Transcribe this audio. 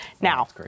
Now